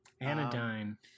Anodyne